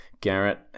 Garrett